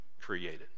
created